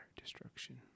destruction